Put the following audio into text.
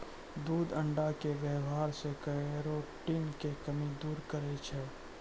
दूध अण्डा के वेवहार से केरोटिन के कमी दूर करै छै